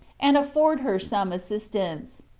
and afford her some assistance.